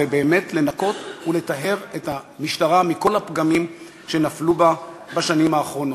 זה באמת לנקות ולטהר את המשטרה מכל הפגמים שנפלו בה בשנים האחרונות.